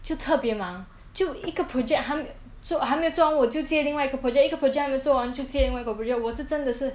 就特别忙就一个 project 还没还没做完我就接另外一个 project 一个 project 还没有做完我就接另外一个 project 我是真的是